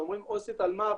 כשאומרים עו"סית אלמ"ב,